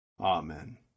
Amen